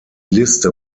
liste